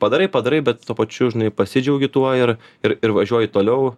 padarai padarai bet tuo pačiu žinai pasidžiaugi tuo ir ir ir važiuoji toliau